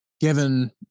given